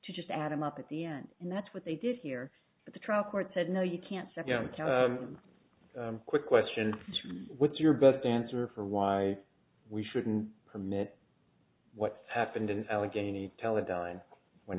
to just add them up at the end and that's what they did here but the trial court said no you can't said you know tell them quick question what's your best answer for why we shouldn't permit what's happened in allegheny teledyne when